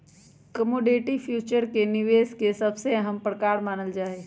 commodity future के निवेश के सबसे अहम प्रकार मानल जाहई